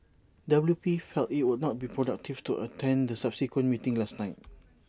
W P felt IT would not be productive to attend the subsequent meeting last night